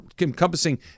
encompassing